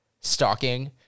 stalking